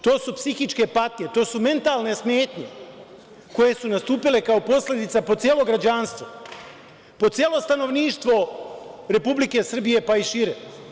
To su psihičke patnje, to su mentalne smetnje koje su nastupile kao posledica po celo građanstvo, po celo stanovništvo Republike Srbije, pa i šire.